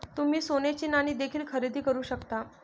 तुम्ही सोन्याची नाणी देखील खरेदी करू शकता